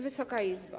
Wysoka Izbo!